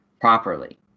properly